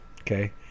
okay